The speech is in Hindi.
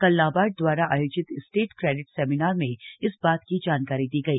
कल नाबार्ड द्वारा आयोजित स्टेट क्रेडिट सेमिनार में इस बात की जानकारी दी गई